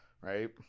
right